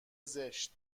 زشت